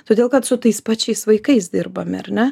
todėl kad su tais pačiais vaikais dirbame ar ne